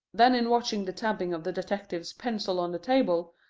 then in watching the tapping of the detective's pencil on the table,